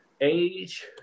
age